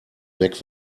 weg